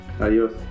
Adios